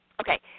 Okay